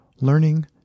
learning